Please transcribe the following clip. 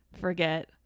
forget